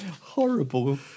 horrible